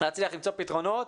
להצליח למצוא פתרונות.